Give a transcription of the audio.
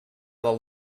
del